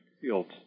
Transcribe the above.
fields